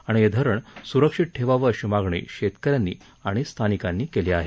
आणि हे धरण सुरक्षित ठेवावं अशी मागणी शेतकऱ्यांनी आणि स्थानिकांनी केली आहे